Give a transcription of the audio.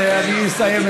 ואני אסיים,